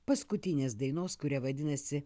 paskutinės dainos kuria vadinasi